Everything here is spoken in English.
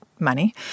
money